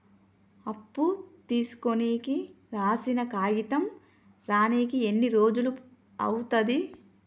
అప్పు తీసుకోనికి రాసిన కాగితం రానీకి ఎన్ని రోజులు అవుతది?